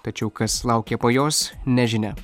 tačiau kas laukia po jos nežinia